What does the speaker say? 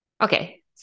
Okay